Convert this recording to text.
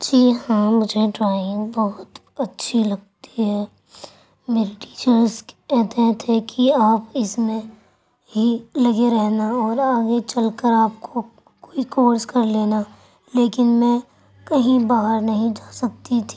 جی ہاں مجھے ڈرائنگ بہت اچھی لگتی ہے میرے ٹیچرس کہتے تھے کی آپ اس میں ہی لگے رہنا اور آگے چل کر آپ کو کوئی کورس کر لینا لیکن میں کہیں باہر نہیں جا سکتی تھی